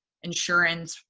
insurance,